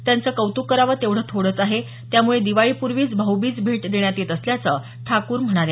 त्यांचं कौत्क करावं तेवढं थोडंच आहे त्यामुळे दिवाळीपूर्वीच भाऊबीज भेट देण्यात येत असल्याचं ठाकूर म्हणाल्या